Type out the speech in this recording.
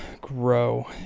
grow